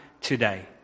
today